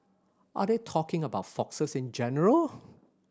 are they talking about foxes in general